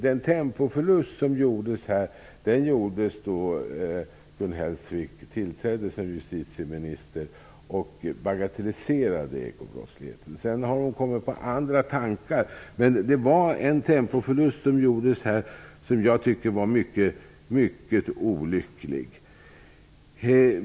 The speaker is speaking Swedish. Den tempoförlust som gjordes här gjordes då Gun Hellsvik tillträdde som justitieminister och bagatelliserade ekobrottsligheten. Sedan har hon kommit på andra tankar. Men det var en temopförlust som gjordes som jag tycker var mycket olycklig.